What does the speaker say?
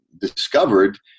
discovered